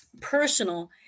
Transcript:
personal